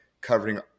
covering